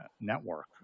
network